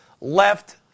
left